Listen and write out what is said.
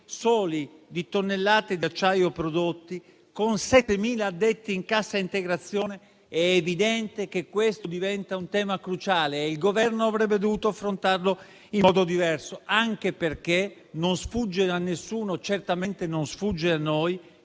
milioni di tonnellate di acciaio prodotti e 7.000 addetti in cassa integrazione, è evidente che questo diventa un tema cruciale e il Governo avrebbe dovuto affrontarlo in modo diverso. E ciò anche perché non sfugge a nessuno, certamente non sfugge a noi